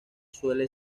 suele